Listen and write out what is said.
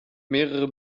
mehrere